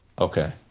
Okay